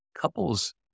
couples